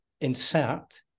insert